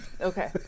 Okay